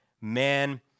Man